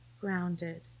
grounded